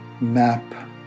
map